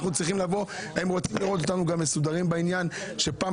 הם רוצים לראות אותנו גם מסודרים בעניין ושפעם